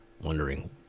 wondering